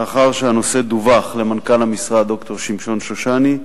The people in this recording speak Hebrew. לאחר שהנושא דווח למנכ"ל המשרד, ד"ר שמשון שושני,